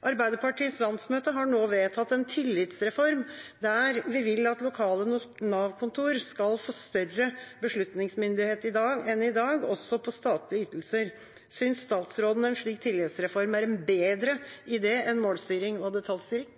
Arbeiderpartiets landsmøte har nå vedtatt en tillitsreform der vi vil at lokale Nav-kontor skal få større beslutningsmyndighet enn i dag også på statlige ytelser. Synes statsråden en slik tillitsreform er en bedre idé enn målstyring og detaljstyring?